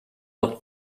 off